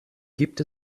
gibt